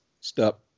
step